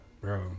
bro